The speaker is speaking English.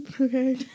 Okay